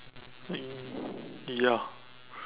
I think ya